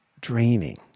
draining